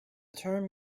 term